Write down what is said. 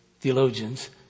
theologians